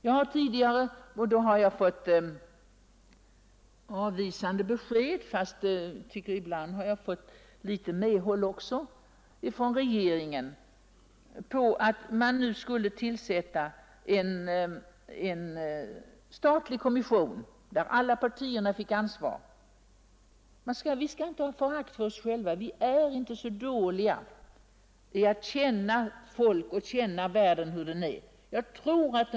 Jag har tidigare anmodat regeringen att tillsätta en statlig kommission, där alla partier fick ansvar. Vi skall inte hysa förakt för oss själva, ty vi är inte så dåliga då det gäller att känna världen och folket. Jag har fått avvisande besked, men ibland har jag även fått medhåll från regeringen.